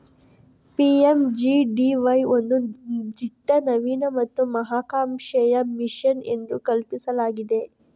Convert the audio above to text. PMGDY ಒಂದು ದಿಟ್ಟ, ನವೀನ ಮತ್ತು ಮಹತ್ವಾಕಾಂಕ್ಷೆಯ ಮಿಷನ್ ಎಂದು ಕಲ್ಪಿಸಲಾಗಿದೆ